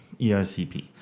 ERCP